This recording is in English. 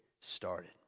started